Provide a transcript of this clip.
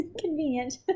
Convenient